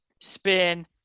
spin